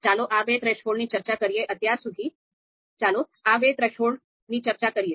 ચાલો આ બે થ્રેશોલ્ડની ચર્ચા કરીએ